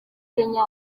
kenya